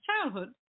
childhood